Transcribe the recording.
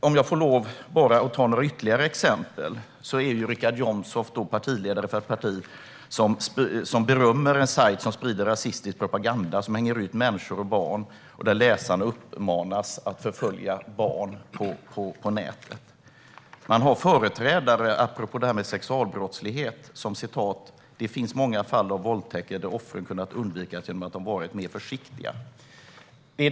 Om jag får lov att ta några ytterligare exempel är Richard Jomshof partisekreterare för ett parti som berömmer en sajt som sprider rasistisk propaganda, hänger ut människor och barn och uppmanar läsarna att förfölja barn på nätet. Man har företrädare, apropå det här med sexualbrottslighet, som har sagt att många offer hade kunnat undvika att bli våldtagna om de varit mer försiktiga.